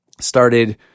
started